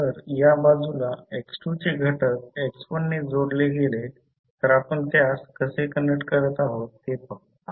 जर या बाजूला x2 चे घटक x1 ने जोडले गेले तर आपण त्यास कसे कनेक्ट करत आहोत ते पाहू